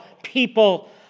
people